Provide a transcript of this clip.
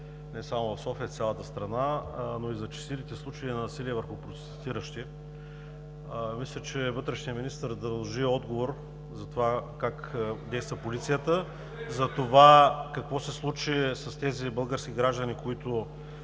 не само в София, а в цялата страна, но и зачестилите случаи на насилие върху протестиращи, мисля, че вътрешният министър дължи отговор за това как действа полицията, за това какво се случи с тези български граждани, които